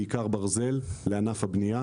בעיקר ברזל לענף הבנייה.